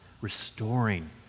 restoring